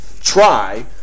try